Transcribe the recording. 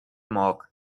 morgue